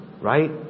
Right